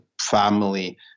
family